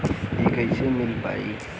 इ कईसे मिल पाई?